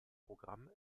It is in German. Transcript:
programm